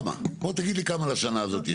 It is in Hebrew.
על כמה עומד הסבסוד לשנה הזאת?